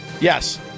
Yes